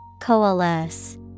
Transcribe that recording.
Coalesce